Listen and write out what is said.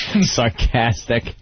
sarcastic